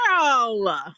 Girl